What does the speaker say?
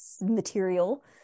material